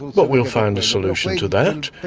but we'll find a solution to that.